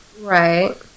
Right